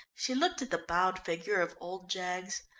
she looked at the bowed figure of old jaggs.